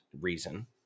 reason